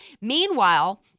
Meanwhile